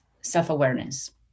self-awareness